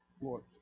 Lord